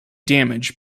damaged